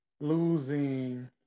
losing